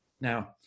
Now